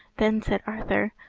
then said arthur,